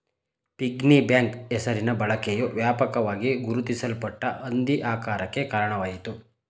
piggy bank ಹೆಸರಿನ ಬಳಕೆಯು ವ್ಯಾಪಕವಾಗಿ ಗುರುತಿಸಲ್ಪಟ್ಟ ಹಂದಿ ಆಕಾರಕ್ಕೆ ಕಾರಣವಾಯಿತು